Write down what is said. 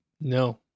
No